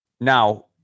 Now